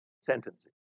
sentences